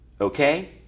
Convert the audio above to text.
okay